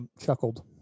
chuckled